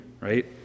right